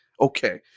okay